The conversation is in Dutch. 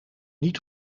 niet